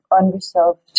unresolved